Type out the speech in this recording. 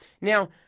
Now